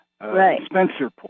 Spencerport